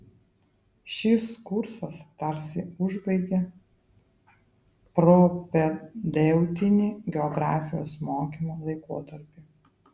šis kursas tarsi užbaigia propedeutinį geografijos mokymo laikotarpį